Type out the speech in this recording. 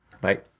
Bye